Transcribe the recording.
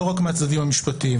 לא רק מהצדדים המשפטיים,